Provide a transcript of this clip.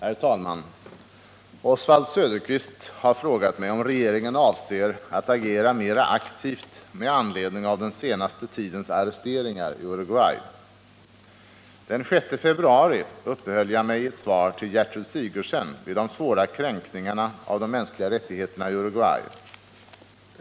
Herr talman! Oswald Söderqvist har frågat mig om regeringen avser att agera mera aktivt med anledning av den senaste tidens arresteringar i Uruguay. Den 6 februari uppehöll jag mig i ett svar till Gertrud Sigurdsen vid de svåra kränkningarna av de mänskliga rättigheterna i Uruguay.